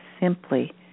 simply